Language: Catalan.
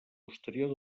posterior